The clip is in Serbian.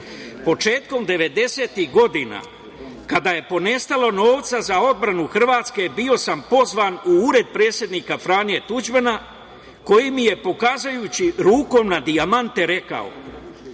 „Početkom 90-ih godina, kada je ponestalo novca za odbranu Hrvatske, bio sam pozvan u ured predsednika Franje Tuđmana, koji mi je pokazujući rukom na dijamante, rekao